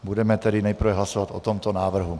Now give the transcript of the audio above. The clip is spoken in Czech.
Budeme tedy nejprve hlasovat o tomto návrhu.